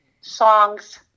songs